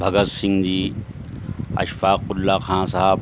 Bhagat Singh ji Ashfaq Ullah Khan Sahib